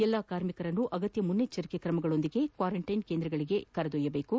ಎಲ್ಲಾ ಕಾರ್ಮಿಕರನ್ನು ಅಗತ್ಯ ಮುಂಜಾಗ್ರತಾ ಕ್ರಮಗಳೊಂದಿಗೆ ಕ್ವಾರಂಟೈನ್ ಕೇಂದ್ರಗಳಿಗೆ ಕರೆದೊಯ್ಯಬೇಕು